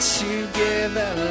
together